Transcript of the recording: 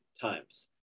times